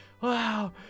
wow